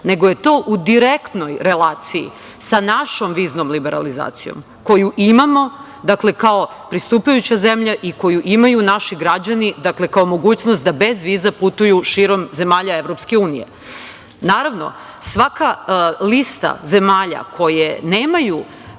nego je to u direktnoj relaciji sa našom viznom liberalizacijom koju imamo kao pristupajuća zemlja i koju imaju naši građani kao mogućnost da bez viza putuju širom zemalja Evropske unije. Naravno, svaka lista zemalja koje nemaju